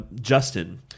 Justin